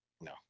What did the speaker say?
No